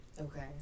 Okay